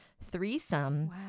threesome